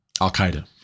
Al-Qaeda